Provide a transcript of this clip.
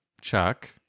Chuck